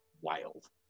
wild